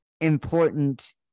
important